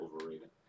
overrated